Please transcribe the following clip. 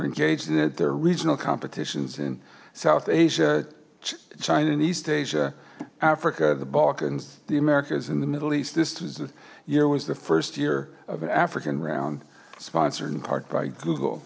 engaged in it there are regional competitions in south asia china and east asia africa the balkans the americas in the middle east this was a year was the first year of an african round sponsored in part by google